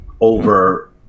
over